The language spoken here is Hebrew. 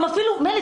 מילא,